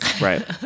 right